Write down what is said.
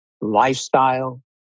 lifestyle